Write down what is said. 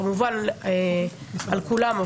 כמובן על כולם,